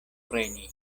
preni